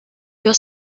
your